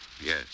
yes